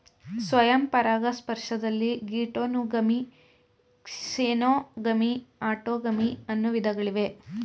ಸ್ವಯಂ ಪರಾಗಸ್ಪರ್ಶದಲ್ಲಿ geitonogamy, xenogamy, autogamy ಅನ್ನೂ ವಿಧಗಳಿವೆ